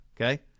Okay